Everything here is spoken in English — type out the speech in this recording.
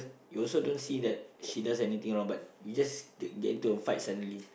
you also don't see that she does anything wrong like you just get into a fight suddenly